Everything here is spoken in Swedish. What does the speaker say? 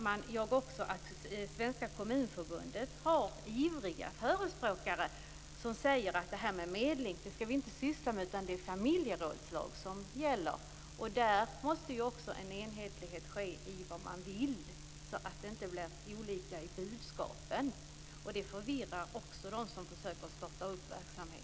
Det finns också de inom Svenska Kommunförbundet som menar att vi inte bör syssla med medling, utan att det är familjerådslag som gäller. Vi måste ju också vara eniga om vad vi vill, så att inte budskapen blir olika, eftersom det förvirrar dem som försöker starta sådan här verksamhet.